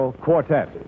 quartet